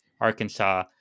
Arkansas